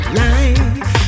life